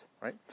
right